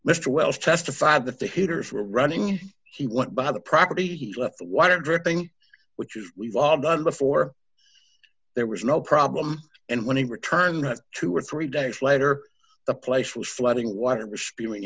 mr wells testified that the hitters were running he won't buy the property he left the water dripping with you we've all done before there was no problem and when he returned true or three days later the place was flooding water was spewing